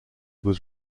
was